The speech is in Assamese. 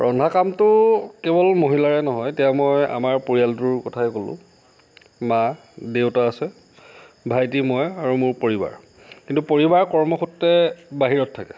ৰন্ধা কামটো কেৱল মহিলাৰে নহয় এতিয়া মই আমাৰ পৰিয়ালটোৰ কথাই ক'লোঁ মা দেউতা আছে ভাইটি মই আৰু মোৰ পৰিবাৰ কিন্তু পৰিবাৰ কৰ্মসূত্ৰে বাহিৰত